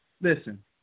listen